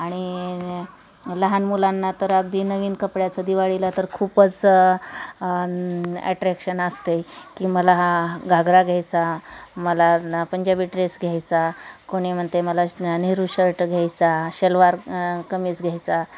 आणि लहान मुलांना तर अगदी नवीन कपड्याचं दिवाळीला तर खूपच ॲट्रॅक्शन असते की मला हा घागरा घ्यायचा मला न पंजाबी ड्रेस घ्यायचा कोणी म्हणते मला नेहरू शर्ट घ्यायचा शलवार कमीज घ्यायचा